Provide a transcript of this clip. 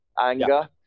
anger